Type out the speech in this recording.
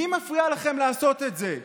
מי מפריע לכם לעשות את זה,